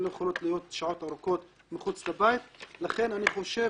הן לא יכולות להיות שעות ארוכות מחוץ לבית ולכן אני חושב